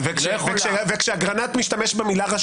אבל כשאגרנט משתמש במילה רשאית?